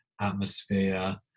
atmosphere